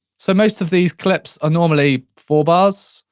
so most of these clips are normally four bars,